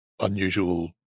unusual